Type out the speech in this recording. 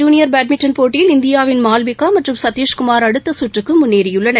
junior badminton போட்டியில் இந்தியாவின் மால்விக்காமற்றம் சத்தீஷ்குமார் ஆசிய அடுத்தகற்றுக்குமுன்னேறியுள்ளனர்